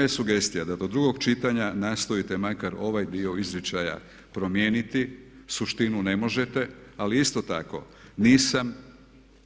Moja je sugestija da do drugog čitanja nastojite makar ovaj dio izričaja promijeniti, suštinu ne možete ali isto tako nisam